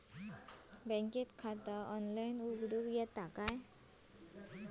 बँकेत खाता ऑनलाइन उघडूक येता काय?